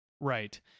Right